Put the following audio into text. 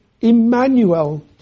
Emmanuel